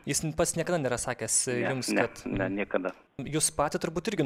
jis pats niekada nėra sakęs jums kad jus patį turbūt irgi nustebino